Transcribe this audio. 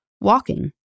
walking